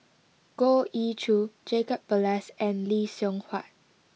Goh Ee Choo Jacob Ballas and Lee Seng Huat